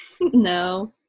No